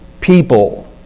people